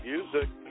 Music